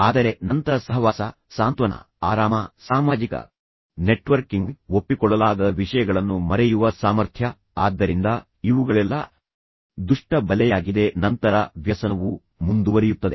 ಆದರೆ ನಂತರ ಸಹವಾಸ ಸಾಂತ್ವನ ಆರಾಮ ಸಾಮಾಜಿಕ ನೆಟ್ವರ್ಕಿಂಗ್ ಒಪ್ಪಿಕೊಳ್ಳಲಾಗದ ವಿಷಯಗಳನ್ನು ಮರೆಯುವ ಸಾಮರ್ಥ್ಯ ಆದ್ದರಿಂದ ಇವುಗಳೆಲ್ಲ ದುಷ್ಟ ಬಲೆಯಾಗಿದೆ ಮತ್ತು ನಂತರ ವ್ಯಸನವು ಮುಂದುವರಿಯುತ್ತದೆ